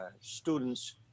students